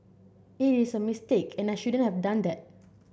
it is a mistake and I shouldn't have done that